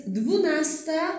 dwunasta